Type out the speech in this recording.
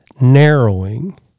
narrowing